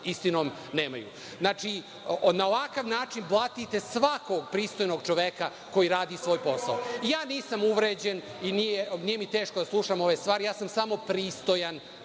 istinom nemaju. Na ovakav način blatite svakog pristojnog čoveka koji radi svoj posao. Nisam uvređen i nije mi teško da slušam ove stvari. Samo sam pristojan